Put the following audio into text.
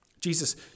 Jesus